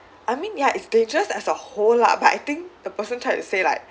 I mean ya if they just as a whole lah but I think the person try to say like